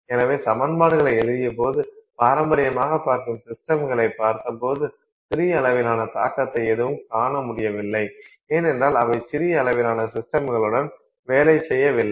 எனவே சமன்பாடுகளை எழுதியபோது பாரம்பரியமாகப் பார்க்கும் சிஸ்டம்களைப் பார்த்தபோது சிறிய அளவிலான தாக்கத்தை ஏதும் காணமுடியவில்லை ஏனென்றால் அவை சிறிய அளவிலான சிஸ்டம்களுடன் வேலை செய்யவில்லை